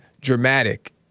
dramatic